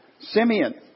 Simeon